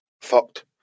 fucked